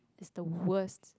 is the worst